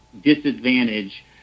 disadvantage